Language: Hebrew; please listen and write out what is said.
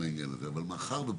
ואם לא יתחילו, מה יקרה?